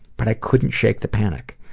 but i couldn't shake the panic.